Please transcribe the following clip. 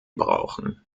brauchen